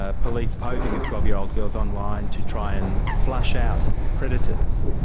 ah police posing as twelve year old girls online to try and flush out predators?